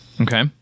Okay